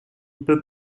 peut